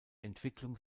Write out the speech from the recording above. entwicklung